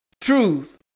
Truth